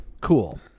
Cool